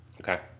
Okay